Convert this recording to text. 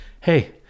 Hey